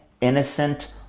innocent